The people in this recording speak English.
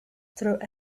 through